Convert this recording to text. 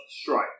Strike